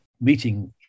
meeting